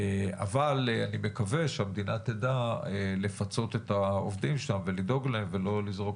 אבל אני מקווה שהמדינה תדע לפצות את העובדים ולדאוג להם ולא לזרוק